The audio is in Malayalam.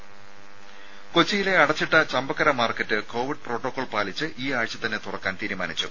രുദ കൊച്ചിയിലെ അടച്ചിട്ട ചമ്പക്കര മാർക്കറ്റ് കോവിഡ് പ്രോട്ടോകോൾ പാലിച്ച് ഈ ആഴ്ച തന്നെ തുറക്കാൻ തീരുമാനിച്ചു